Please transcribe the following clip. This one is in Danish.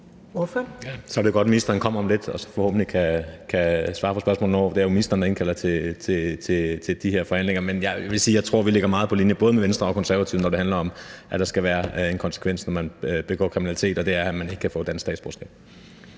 Så er det godt, at ministeren kommer om lidt og så forhåbentlig kan svare på spørgsmålet om hvornår. Det er jo ministeren, der indkalder til de her forhandlinger. Men jeg vil sige, at jeg tror, vi ligger meget på linje, både med Venstre og Konservative, når det handler om, at der skal være en konsekvens, når man begår kriminalitet, og det er, at man ikke kan få dansk statsborgerskab.